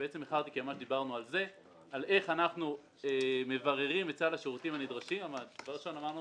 דיברנו על איך אנחנו מבררים את סל השירותים הנדרשים ואמרנו